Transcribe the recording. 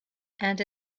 and